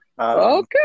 Okay